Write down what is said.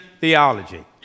theology